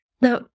Now